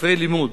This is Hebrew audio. ספרי לימוד.